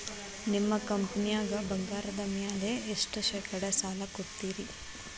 ನಿಮ್ಮ ಕಂಪನ್ಯಾಗ ಬಂಗಾರದ ಮ್ಯಾಲೆ ಎಷ್ಟ ಶೇಕಡಾ ಸಾಲ ಕೊಡ್ತಿರಿ?